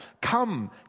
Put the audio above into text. come